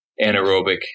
anaerobic